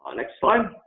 ah next slide.